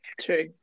true